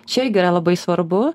čia irgi yra labai svarbu